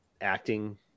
acting